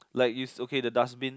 like is okay the dustbin